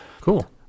Cool